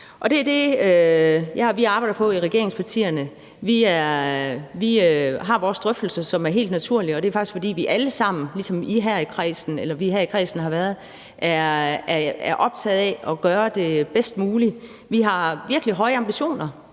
Det er det, vi arbejder på i regeringspartierne. Vi har vores drøftelser, hvilket er helt naturligt. Det er faktisk, fordi vi alle sammen, ligesom vi her i kredsen har været det, er optaget af at gøre det bedst mulige. Vi har virkelig høje ambitioner.